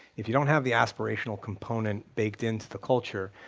if you don't have the aspirational component baked in to the culture,